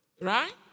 Right